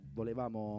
volevamo